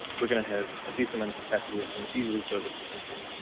we're going to have a decent amount of capacity that can easily service the country.